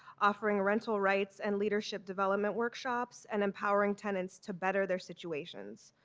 offering rental rights and leadership development workshops and empowering tenants to better their situations.